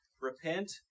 Repent